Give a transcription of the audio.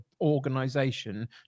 organization